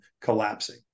collapsing